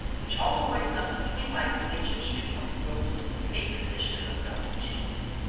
which also points up the twinlike relationship of the world's two favorite dishes of melted cheese.